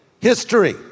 history